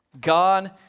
God